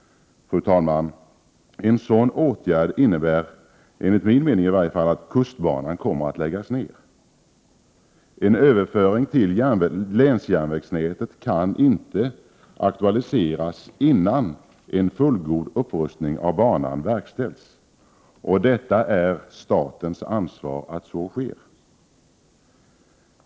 Fru talman! En sådan åtgärd innebär — enligt min mening i varje fall — att kustbanan kommer att läggas ned. En överföring till länsjärnvägsnätet kan inte aktualiseras innan en fullgod upprustning av banan verkställts. Det är statens ansvar att så sker.